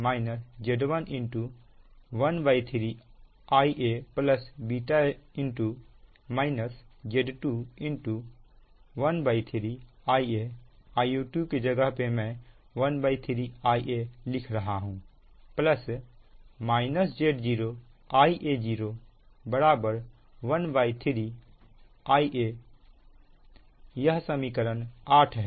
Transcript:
तथा Vb बराबर Ea Z1 13 Ia β Z2 13 Ia Ia2 के जगह पर मैं 13 Ia लिख रहा हूं Z0 Ia0 13 Ia यह समीकरण 8 है